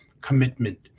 commitment